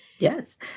Yes